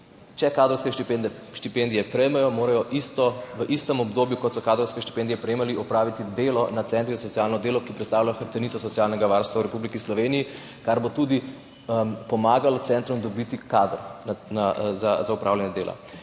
Če kadrovske štipendije prejmejo, morajo v istem obdobju, kot so kadrovske štipendije prejemali, opraviti delo na centrih za socialno delo, ki predstavlja hrbtenico socialnega varstva v Republiki Sloveniji, kar bo tudi pomagalo centrom dobiti kader za opravljanje dela.